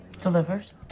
Delivers